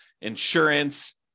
insurance